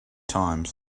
times